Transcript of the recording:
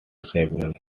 several